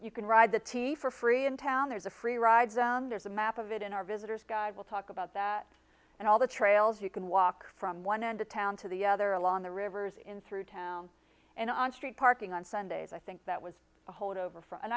you can ride the t t for free in town there's a free ride zone there's a map of it in our visitor's guide will talk about that and all the trails you can walk from one end of town to the other along the rivers in through town and on street parking on sundays i think that was a holdover from and